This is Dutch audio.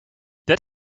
dit